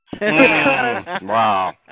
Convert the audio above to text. Wow